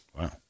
Wow